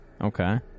Okay